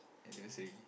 anniversary